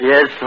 Yes